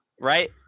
Right